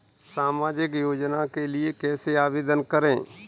सामाजिक योजना के लिए कैसे आवेदन करें?